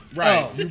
right